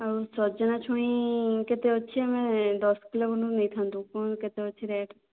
ଆଉ ସଜନାଛୁଇଁ କେତେ ଅଛି ଆମେ ଦଶ କିଲୋ ଖଣ୍ଡେ ନେଇଥାନ୍ତୁ କ'ଣ କେତେ ଅଛି ରେଟ୍